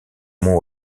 mont